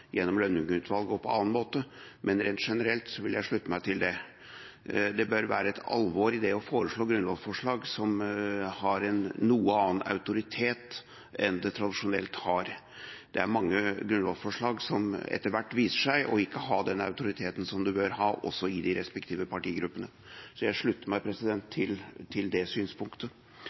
gjennom Lønning-utvalget og på annen måte, men rent generelt vil jeg slutte meg til det. Det bør være et alvor i det å foreslå grunnlovsforslag, som har en noe annen autoritet enn det tradisjonelt har. Det er mange grunnlovsforslag som etter hvert viser seg ikke å ha den autoriteten som de bør ha, også i de respektive partigruppene. Så jeg slutter meg til det synspunktet.